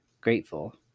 Grateful